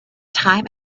time